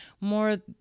more